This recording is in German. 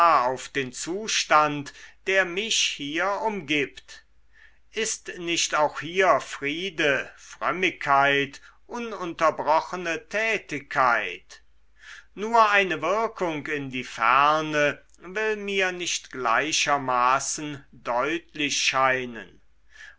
auf den zustand der mich hier umgibt ist nicht auch hier friede frömmigkeit ununterbrochene tätigkeit nur eine wirkung in die ferne will mir nicht gleichermaßen deutlich scheinen